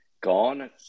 gone